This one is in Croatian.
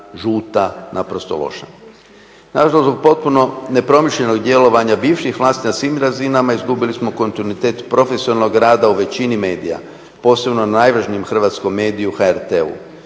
žuta, naprosto loša. Nažalost, zbog potpuno nepromišljenog djelovanja bivših vlasti na svim raz inama izgubili smo kontinuitet profesionalnog rada u većini medija, posebno najvažnijem hrvatskom mediju HRT-u.